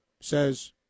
says